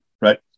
right